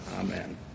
amen